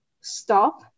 stop